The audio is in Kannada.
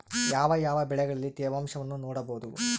ಯಾವ ಯಾವ ಬೆಳೆಗಳಲ್ಲಿ ತೇವಾಂಶವನ್ನು ನೋಡಬಹುದು?